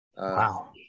Wow